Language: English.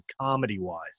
comedy-wise